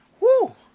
woo